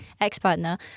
ex-partner